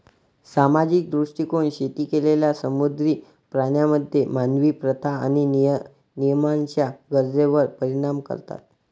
सामाजिक दृष्टीकोन शेती केलेल्या समुद्री प्राण्यांमध्ये मानवी प्रथा आणि नियमांच्या गरजेवर परिणाम करतात